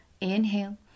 Inhale